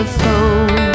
phone